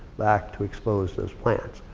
back to expose those plants.